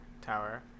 tower